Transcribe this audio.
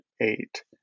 eight